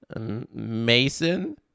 Mason